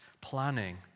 Planning